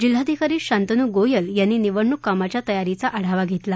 जिल्हाधिकारी शांतनू गोयल यांनी निवडणूक कामाच्या तयारीचा आढावा घेतला